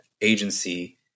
agency